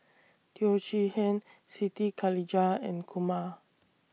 Teo Chee Hean Siti Khalijah and Kumar